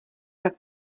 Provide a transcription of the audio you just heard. tak